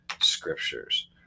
scriptures